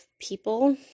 people